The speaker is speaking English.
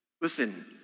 listen